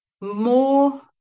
more